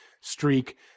streak